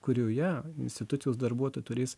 kurioje institucijos darbuotojai turės